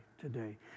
today